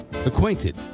Acquainted